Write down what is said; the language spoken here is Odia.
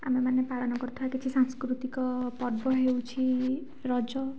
ଆମେମାନେ ପାଳନ କରୁଥିବା କିଛି ସାଂସ୍କୃତିକ ପର୍ବ ହେଉଛି ରଜ